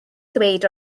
ddweud